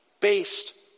based